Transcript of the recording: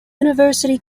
university